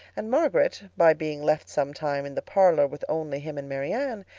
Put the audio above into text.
and margaret, by being left some time in the parlour with only him and marianne,